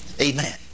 Amen